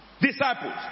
disciples